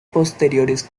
posteriores